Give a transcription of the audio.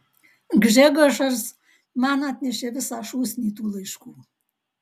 gžegožas man atnešė visą šūsnį tų laiškų